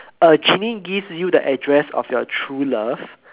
a genie gives you the address of your true love